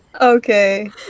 Okay